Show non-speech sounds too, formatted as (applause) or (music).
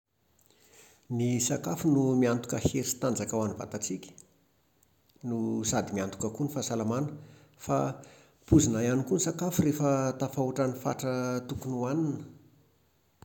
Ny sakafo no miantoka hery sy tanjaka ho an'ny vatantsika no (hesitation) sady miantoka koa ny fahasalamana, Fa poizina ihany koa ny sakafo rehefa (hesitation) tafahoatra (hesitation) ny fatra tokony hohanina